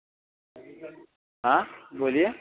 हाँ बोलिए